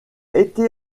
été